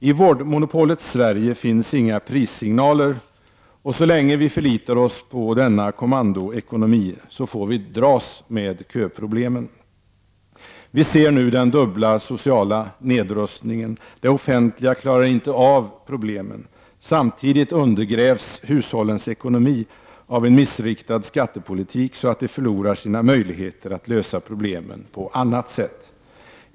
I vårdmonopolets Sverige finns inga prissignaler, och så länge vi förlitar oss på denna kommandoekonomi får vi dras med köproblemen. Vi ser nu den dubbla sociala nedrustningen. Det offentliga klarar inte av problemen. Samtidigt undergrävs hushållens ekonomi av en missriktad skattepolitik, så att de förlorar sina möjligheter att lösa problemen på annat sätt.